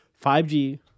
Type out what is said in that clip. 5G